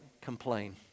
complain